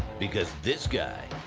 because this guy,